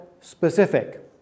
specific